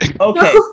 Okay